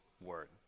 word